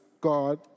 God